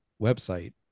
website